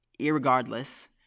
irregardless